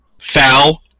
foul